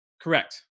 Correct